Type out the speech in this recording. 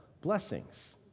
blessings